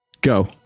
Go